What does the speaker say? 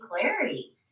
clarity